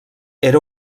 era